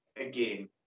again